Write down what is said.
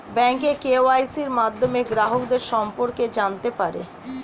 bank কেওয়াইসির মাধ্যমে গ্রাহকের সম্পর্কে জানতে পারে